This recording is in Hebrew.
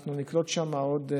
אנחנו נקלוט שם עוד.